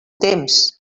temps